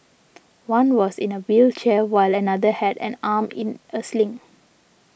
one was in a wheelchair while another had an arm in a sling